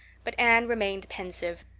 but anne remained pensive.